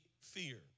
fear